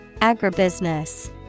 Agribusiness